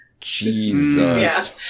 jesus